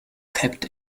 kept